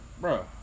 bro